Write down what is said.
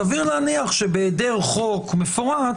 סביר להניח, שבהיעדר חוק מפורט,